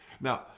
Now